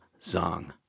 Zong